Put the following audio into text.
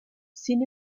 sin